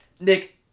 Nick